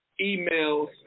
emails